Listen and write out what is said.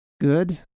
Good